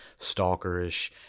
stalkerish